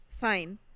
Fine